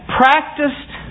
practiced